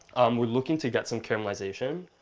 um we're looking to get some caramelization.